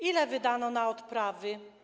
Ile wydano na odprawy?